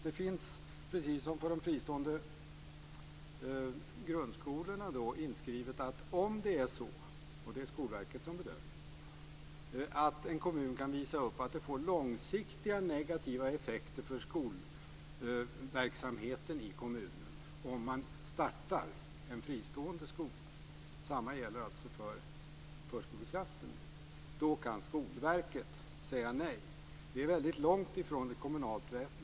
Det finns precis som för de fristående grundskolorna inskrivet att om det är så - och det är Skolverket som bedömer det - att en kommun kan visa att det får långsiktiga negativa effekter för skolverksamheten i kommunen om man startar en fristående skola - och detsamma gäller för förskoleklasser - kan Skolverket säga nej. Det är väldigt långt ifrån ett kommunalt veto.